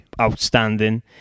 outstanding